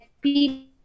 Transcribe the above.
people